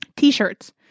t-shirts